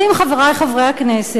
חברי חברי הכנסת,